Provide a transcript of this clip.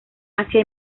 asia